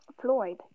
Floyd